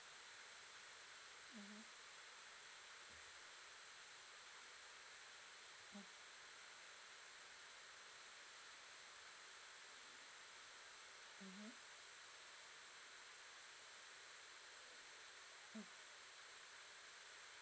mmhmm mm mmhmm mm